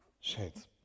Shades